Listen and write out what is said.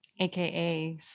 AKA